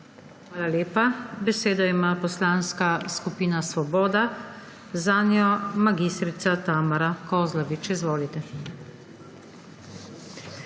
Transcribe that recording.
Hvala lepa. Besedo ima Poslanska skupina Svoboda, zanjo mag. Tamara Kozlovič. Izvolite.